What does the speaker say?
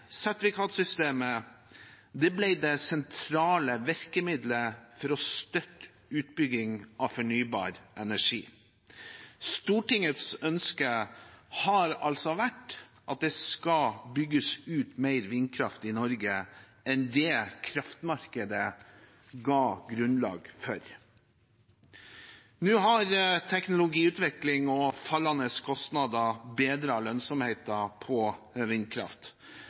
det sentrale virkemiddelet for å støtte utbygging av fornybar energi. Stortingets ønske har altså vært at det skal bygges ut mer vindkraft i Norge enn det kraftmarkedet ga grunnlag for. Nå har teknologiutvikling og fallende kostnader bedret lønnsomheten på vindkraft.